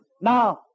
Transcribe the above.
now